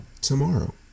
tomorrow